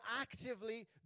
actively